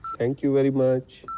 thank you very much.